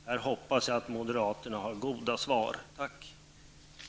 Jag hoppas att moderaterna har goda svar här. Tack!